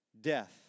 Death